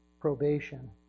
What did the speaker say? probation